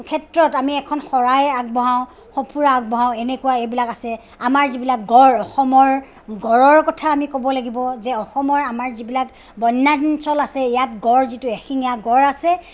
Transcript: ক্ষেত্ৰত আমি এখন শৰাই আগবঢ়াও সঁফুৰা আগবঢ়াও এনেকুৱা এইবিলাক আছে আমাৰ যিবিলাক গঁড় অসমৰ গঁড়ৰ কথা আমি ক'ব লাগিব যে অসমৰ আমাৰ যিবিলাক বন্যাঞ্চল আছে ইয়াত গঁড় যিটো এশিঙীয়া গঁড় আছে